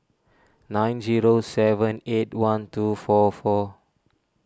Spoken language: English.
nine zero seven eight one two four four